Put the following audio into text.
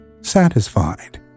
satisfied